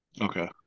Okay